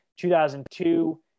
2002